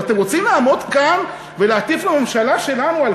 ואתם רוצים לעמוד כאן ולהטיף לממשלה שלנו על